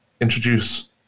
introduce